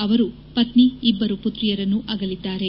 ಅವರು ಪತ್ನಿ ಇಬ್ಬರು ಪುತ್ರಿಯರನ್ನು ಅಗಲಿದ್ದಾರೆ